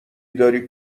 داری